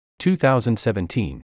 2017